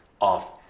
off